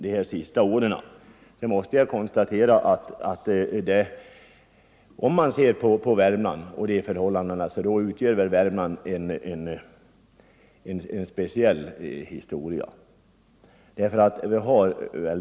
Men om jag ser på för Fredagen den hållandena i Värmland, måste jag konstatera att så inte är fallet. Värm 6 december 1974 lands skogsoch mellanbygd är kanske ett specialfall, eftersom det finns I mycket få försök där.